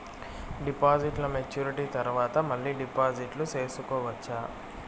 డిపాజిట్లు మెచ్యూరిటీ తర్వాత మళ్ళీ డిపాజిట్లు సేసుకోవచ్చా?